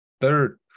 third